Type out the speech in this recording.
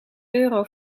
euro